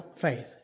faith